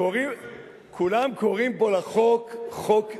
כולם קוראים פה לחוק "חוק גרוניס".